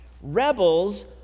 rebels